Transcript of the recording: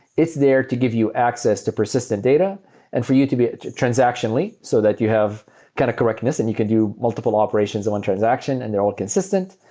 it's there to give you access to persistent data and for you to be transactionally so that you have kind of correctness and you can do multiple operations on one transaction and they're all consistent.